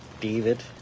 David